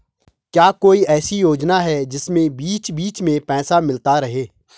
क्या कोई ऐसी योजना है जिसमें बीच बीच में पैसा मिलता रहे?